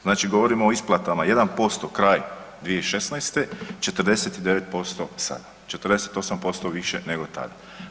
Znači govorimo o isplatama 1% kraj 2016., 49% sada, 48% više nego tada.